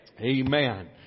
Amen